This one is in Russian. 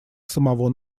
самого